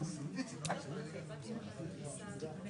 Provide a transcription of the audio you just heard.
ותרומות הייתה ממכירת שירותים או